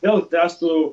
vėl tęstų